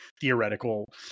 theoretical